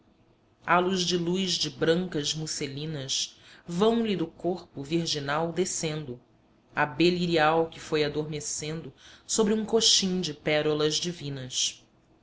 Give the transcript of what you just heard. halos de luz de brancas musselinas vão lhe do corpo virginal descendo abelha irial que foi adormecendo sobre um coxim de pérolas divinas